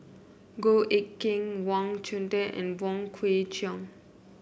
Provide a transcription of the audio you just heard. Goh Eck Kheng Wang Chunde and Wong Kwei Cheong